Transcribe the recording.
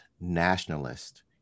nationalist